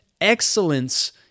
excellence